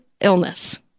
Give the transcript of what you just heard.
illness